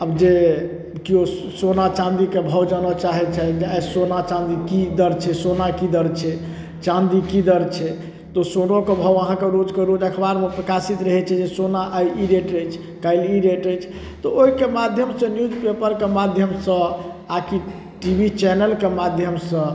आब जे केओ सोना चाँदीके भाव जानऽ चाहै छनि आइ सोना चाँदी की दर छै सोना की दर छै चाँदी की दर छै तऽ सोनोके भाव अहाँके रोजके रोज अखबारमे प्रकाशित रहै छै जे सोना आइ ई रेट अछि कल्हि ई रेट अछि तऽ ओहिके माध्यम सँ न्यूज पेपरके माध्यमसँ आ कि टी वी चेनलके माध्यमसँ